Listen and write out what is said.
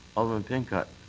alderman pincott.